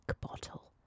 bottle